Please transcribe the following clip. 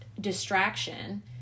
distraction